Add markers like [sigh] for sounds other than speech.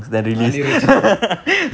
anirudh song [laughs]